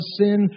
sin